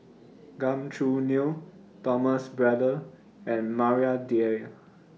Gan Choo Neo Thomas Braddell and Maria Dyer